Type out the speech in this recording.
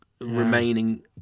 remaining